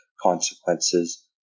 consequences